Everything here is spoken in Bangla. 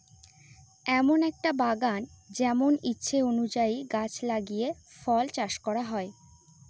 এমন একটা বাগান যেমন ইচ্ছে অনুযায়ী গাছ লাগিয়ে ফল চাষ করা হয়